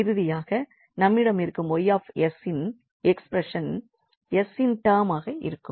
இறுதியாக நம்மிடம் இருக்கும் 𝑌𝑠 இன் எக்ஸ்ப்ரெஷன் s இன் டெர்ம் ஆக இருக்கும்